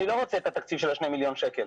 אני לא רוצה את התקציב של ה-2 מיליון שקל,